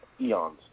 eons